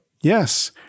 yes